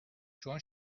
چون